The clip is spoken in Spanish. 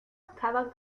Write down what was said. acaban